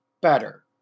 better